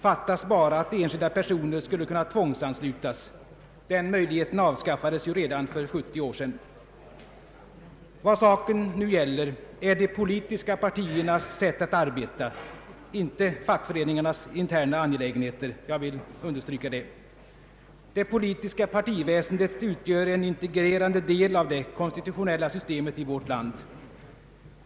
Fattas bara att enskilda personer skulle kunna tvångsanslutas! Den möjligheten avskaffades ju redan för 70 år sedan. Vad saken nu gäller är de politiska partiernas sätt att arbeta, inte fackföreningarnas interna angelägenheter — jag vill understryka det. Det politiska partiväsendet utgör en integrerande del av det konstitutionella systemet i vårt land.